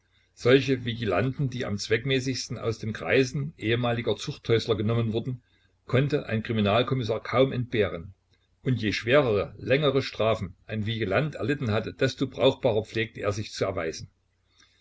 solche vigilanten die am zweckmäßigsten aus den kreisen ehemaliger zuchthäusler genommen wurden konnte ein kriminalkommissar kaum entbehren und je schwerere längere strafen ein vigilant erlitten hatte desto brauchbarer pflegte er sich zu erweisen